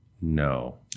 No